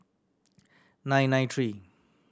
nine nine three